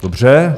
Dobře.